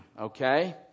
okay